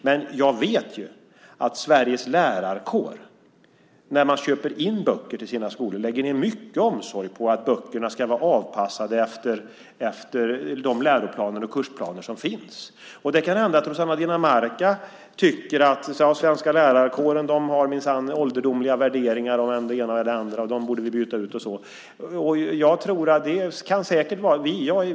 Men jag vet att när Sveriges lärarkår köper in böcker till sina skolor lägger man ned mycket omsorg på att böckerna ska vara avpassade efter de läroplaner och kursplaner som finns. Det kan hända att Rossana Dinamarca tycker att den svenska lärarkåren minsann har ålderdomliga värderingar och så vidare och att de borde bytas ut.